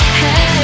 hey